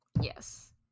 Yes